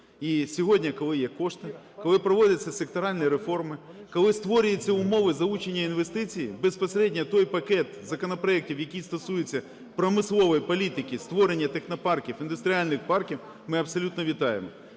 сьогодні, коли є кошти, коли проводяться секторальні реформи, коли створюються умови залучення інвестицій, безпосередньо той пакет законопроектів, який стосується промислової політики: створення технопарків, індустріальних парків, - ми абсолютно вітаємо.